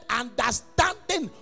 understanding